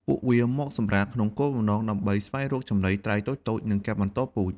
ពួកវាមកសម្រាក ក្នុងគោលបំណងដើម្បីស្វែងរកចំណី ត្រីតូចៗ និងការបន្តពូជ។